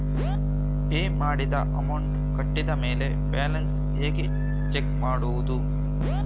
Pay ಮಾಡಿದ amount ಕಟ್ಟಿದ ಮೇಲೆ ಬ್ಯಾಲೆನ್ಸ್ ಹೇಗೆ ಚೆಕ್ ಮಾಡುವುದು?